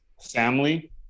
family